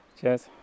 Cheers